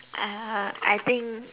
uh I think